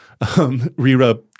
Rira